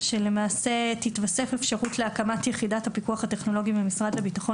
שלמעשה "תתווסף אפשרות להקמת יחידת הפיקוח הטכנולוגי במשרד לביטחון